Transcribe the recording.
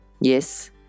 Yes